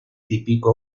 típico